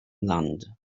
land